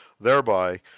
Thereby